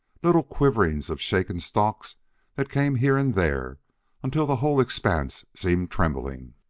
little quiverings of shaken stalks that came here and there until the whole expanse seemed trembling.